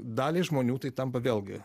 daliai žmonių tai tampa vėlgi